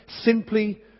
simply